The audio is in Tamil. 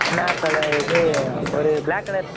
என்ன கலர் இது ஒரு ப்ளாக் கலர்